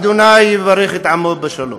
ה' יברך את עמו בשלום.